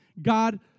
God